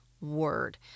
word